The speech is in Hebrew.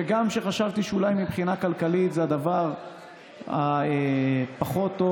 גם כשחשבתי שאולי מבחינה כלכלית זה הדבר הפחות טוב